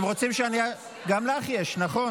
תודה רבה.